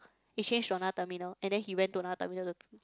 it change to another terminal and then he went to another terminal to